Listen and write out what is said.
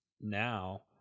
now